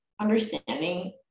understanding